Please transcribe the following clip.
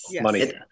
money